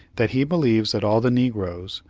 that he believes that all the negroes,